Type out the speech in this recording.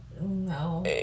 no